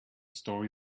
story